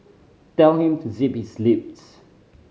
tell him to zip his lips